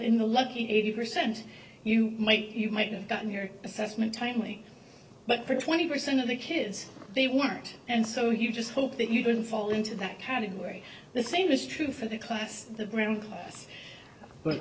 in the lucky eighty percent you make you might have gotten your assessment timely but for twenty percent of the kids they weren't and so you just hope that you didn't fall into that category the same is true for the class the brown class but